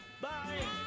Bye